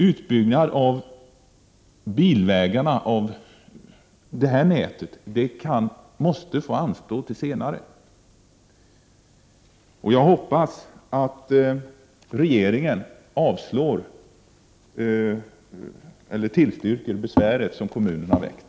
Utbyggnad av bilvägarna i detta vägnät måste få anstå till senare. Jag Prot. 1988/89:31 hoppas att regeringen bifaller det besvär som kommunen har anfört.